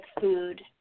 food